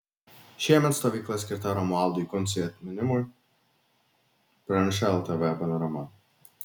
šiemet stovykla skirta romualdui kuncai atminimui praneša ltv panorama